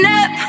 up